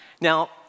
Now